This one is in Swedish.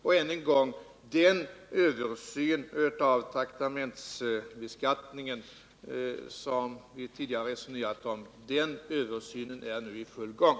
Och än en gång: Den översyn av traktamentsbeskattningen som vi tidigare resonerat om är nu i full gång.